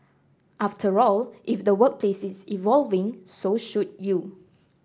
after all if the workplace is evolving so should you